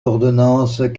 ordonnances